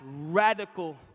radical